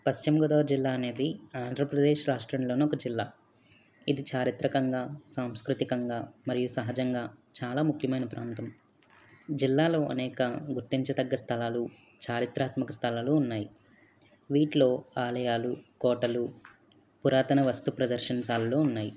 పశ్చిమ గోదావరి జిల్లా అనేది ఆంధ్రప్రదేశ్ రాష్ట్రంలో ఒక జిల్లా ఇది చారిత్రకంగా సాంస్కృతికంగా మరియు సహజంగా చాలా ముఖ్యమైన ప్రాంతం జిల్లాలో అనేక గుర్తించదగ్గ స్థలాలు చారిత్రాత్మక స్థలాలు ఉన్నాయి వీటిలో ఆలయాలు కోటలు పురాతన వస్తు ప్రదర్శనశాలలు ఉన్నాయి